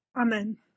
Amen